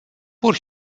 pur